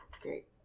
Great